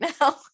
now